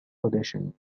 audition